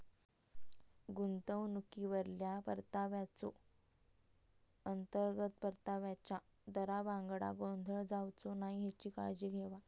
गुंतवणुकीवरल्या परताव्याचो, अंतर्गत परताव्याच्या दरावांगडा गोंधळ जावचो नाय हेची काळजी घेवा